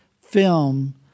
film